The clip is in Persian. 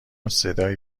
صدایی